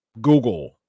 Google